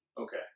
Okay